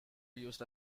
used